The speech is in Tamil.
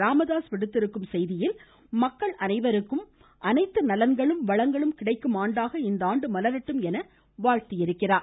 ராமதாஸ் விடுத்திருக்கும் வாழ்த்துச்செய்தியில் மக்கள் அனைவருக்கும் அனைத்து நலன்களும் வளங்களும் கிடைக்கும் ஆண்டாக இந்த ஆண்டு மலரட்டும் என்று வாழ்த்தியுள்ளார்